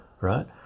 right